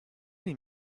him